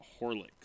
Horlicks